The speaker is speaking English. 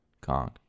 conk